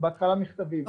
בהתחלה מכתבים,